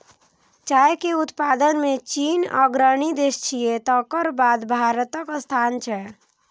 चाय के उत्पादन मे चीन अग्रणी देश छियै, तकर बाद भारतक स्थान छै